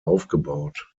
aufgebaut